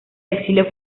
exilio